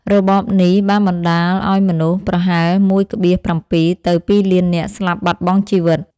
របបនេះបានបណ្តាលឱ្យមនុស្សប្រហែល ១,៧ ទៅ ២ លាននាក់ស្លាប់បាត់បង់ជីវិត។